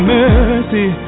mercy